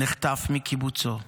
נחטף מקיבוצו,